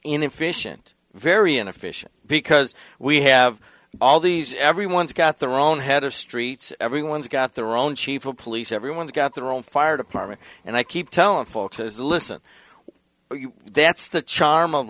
inefficient very inefficient because we have all these everyone's got their own head of streets everyone's got their own chief of police everyone's got their own fire department and i keep telling folks is listen that's the charm of